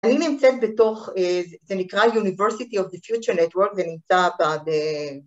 אני נמצאת בתוך זה נקרא University of the Future Network, זה נמצא ב...